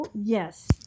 Yes